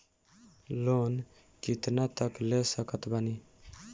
Loan कितना तक ले सकत बानी?